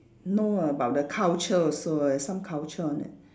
know about the culture also err some culture on it